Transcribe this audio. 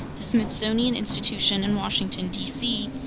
the smithsonian institution in washington, d c,